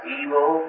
evil